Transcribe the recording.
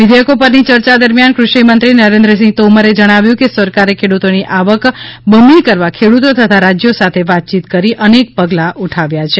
વિધેયકો પરની ચર્ચા દરમિયાન ક્રષિ મંત્રી નરેન્દ્રસિંહ તોમરે જણાવ્યું કે સરકારે ખેડતોની આવક બમણી કરવા ખેડુતો તથા રાજયો સાથે વાતચીત કરી અનેક પગલાં ઉઠાવ્યા છે